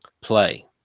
play